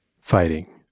Fighting